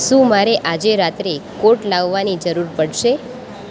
શું મારે આજે રાત્રે કોટ લાવવાની જરૂર પડશે